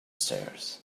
stairs